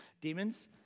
demons